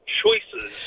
choices